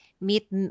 meet